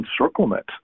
encirclement